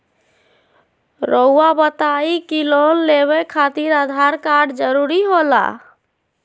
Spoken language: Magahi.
रौआ बताई की लोन लेवे खातिर आधार कार्ड जरूरी होला?